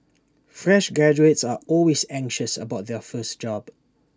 fresh graduates are always anxious about their first job